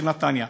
של נתניה,